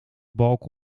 balk